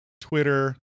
Twitter